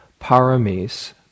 paramis